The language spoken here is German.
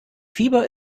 fieber